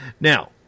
Now